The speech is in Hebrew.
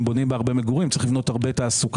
אם בונים בה הרבה מגורים, צריך לבנות הרבה תעסוקה.